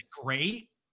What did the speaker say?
great